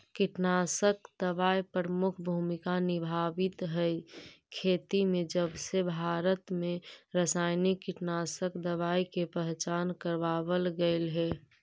कीटनाशक दवाई प्रमुख भूमिका निभावाईत हई खेती में जबसे भारत में रसायनिक कीटनाशक दवाई के पहचान करावल गयल हे